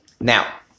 Now